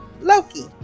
loki